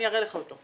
אני אראה לך אותו.